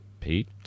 Pete